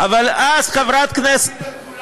אבל אז חברת הכנסת,